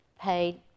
paid